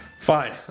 Fine